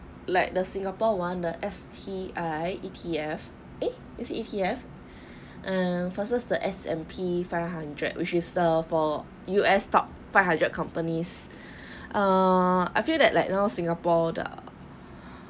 like the singapore one the S_T_I_E_T_F eh is it E_T_F err versus the S_N_P five hundred which is the for U_S top five hundred companies ah I feel that like now singapore the